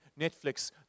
Netflix